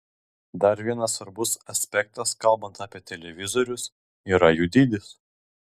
dar vienas svarbus aspektas kalbant apie televizorius yra jų dydis